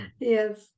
Yes